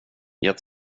jag